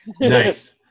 Nice